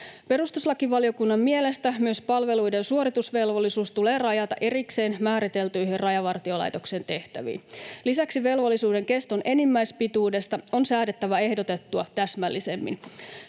Perustuslakivaliokunnan mielestä myös palveluiden suoritusvelvollisuus tulee rajata erikseen määriteltyihin Rajavartiolaitoksen tehtäviin. Lisäksi velvollisuuden keston enimmäispituudesta on säädettävä ehdotettua täsmällisemmin.